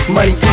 Money